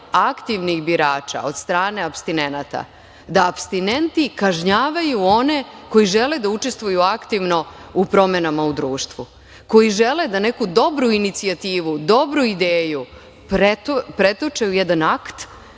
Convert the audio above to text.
aktivnih birača od strane apstinenata, da apstinenti kažnjavaju one koji žele da učestvuju aktivno u promenama u društvu, koji žele da neku dobru inicijativu, dobru ideju pretoče u jedan akt